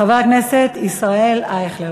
חבר הכנסת ישראל אייכלר,